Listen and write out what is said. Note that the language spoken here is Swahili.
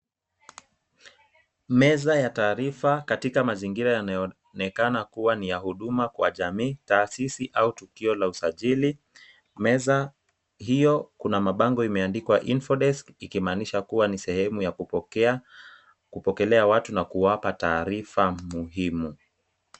Meza ya taarifa katika mazingira yanayonekana kuwa ni ya huduma kwa jamii, taasisi au tukio la usajili. Meza hiyo kuna mabango imeandikwa infodesk ikimaanisha kuwa ni sehemu ya kupokea, kupokelea watu na kuwapa taarifa muhimu.